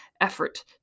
effort